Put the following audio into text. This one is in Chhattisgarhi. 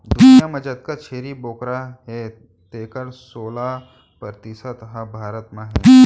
दुनियां म जतका छेरी बोकरा हें तेकर सोला परतिसत ह भारत म हे